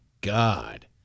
God